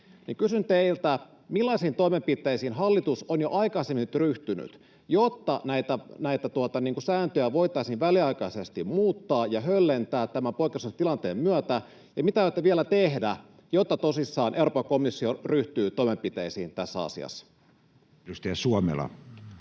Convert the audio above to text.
sääntelyä — millaisiin toimenpiteisiin hallitus on jo aikaisemmin ryhtynyt, jotta näitä sääntöjä voitaisiin väliaikaisesti muuttaa ja höllentää tämän poikkeuksellisen tilanteen myötä, ja mitä aiotte vielä tehdä, jotta tosissaan Euroopan komissio ryhtyy toimenpiteisiin tässä asiassa? [Speech